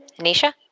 Anisha